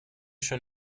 schon